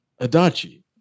Adachi